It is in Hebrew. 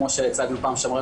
כמו שהצגנו בפעם שעברה,